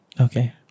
okay